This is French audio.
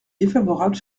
défavorable